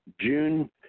June